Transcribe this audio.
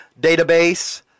Database